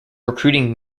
recruiting